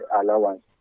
allowance